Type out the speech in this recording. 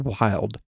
wild